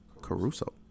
Caruso